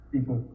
People